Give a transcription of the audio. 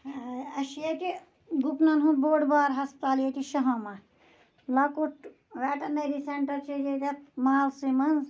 اَسہِ چھُ ییٚتہِ گُپنَن ہُنٛد بوٚڑ بار ہَسپتال ییٚتہِ شُہامہ لَکُٹ ویٚٹَنٔری سیٚنٹر چھُ ییٚتٮ۪تھ محلسٕے منٛز